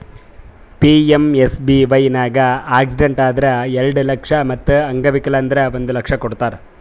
PMSBY ನಾಗ್ accident ಆದುರ್ ಎರಡು ಲಕ್ಷ ಮತ್ ಅಂಗವಿಕಲ ಆದುರ್ ಒಂದ್ ಲಕ್ಷ ಕೊಡ್ತಾರ್